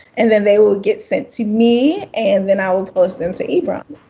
and then they will get sent to me, and then i will pose them to ibram.